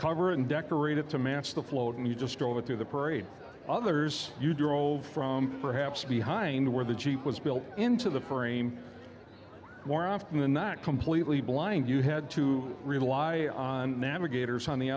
cover and decorate it to match the float and you just drove it through the parade others you drove from perhaps behind where the jeep was built into the frame more often than not completely blind you had to rely on navigators on the